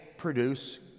produce